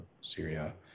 Syria